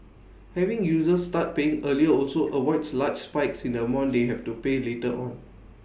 having users start paying earlier also avoids large spikes in the amount they have to pay later on